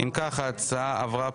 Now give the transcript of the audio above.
הצבעה